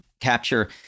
capture